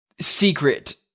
secret